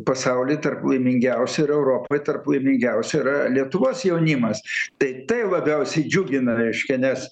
pasauly tarp laimingiausių ir europoj tarp laimingiausių yra lietuvos jaunimas tai tai labiausiai džiugina reiškia nes